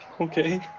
Okay